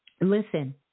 listen